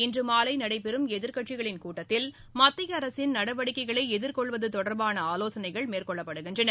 இன்று மாலை நடைபெறும் எதிர்கட்சிகளின் அனைத்துக் கட்சி கூட்டத்தில் மத்திய அரசின் நடவடிக்கைகளை எதிர்கொள்வது தொடர்பான ஆலோசனைகள் மேற்கொள்ளப்படுகிறது